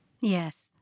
Yes